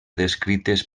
descrites